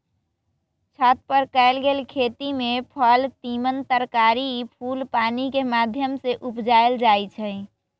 छत पर कएल गेल खेती में फल तिमण तरकारी फूल पानिकेँ माध्यम से उपजायल जाइ छइ